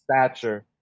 stature